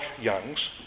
Young's